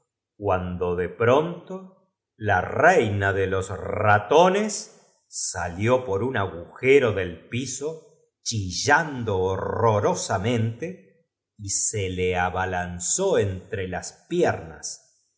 o de pronto la reiqa de los ratone s salió por un agujero del piso chillan do horror osamente y se le abalan zó entre las pierna